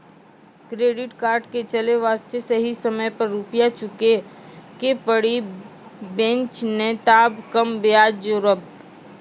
Credit card के चले वास्ते सही समय पर रुपिया चुके के पड़ी बेंच ने ताब कम ब्याज जोरब?